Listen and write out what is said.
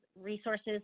resources